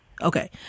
Okay